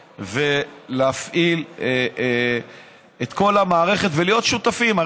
ולהפעיל את כל המערכת ולהיות שותפים.